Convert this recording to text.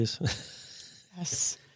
Yes